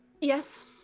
yes